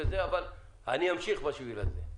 אבל אני אמשיך בשביל הזה.